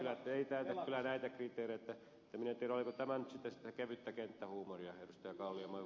en minä tiedä oliko tämä nyt sitten sitä kevyttä kenttähuumoria ed